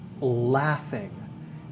laughing